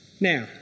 Now